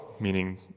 meaning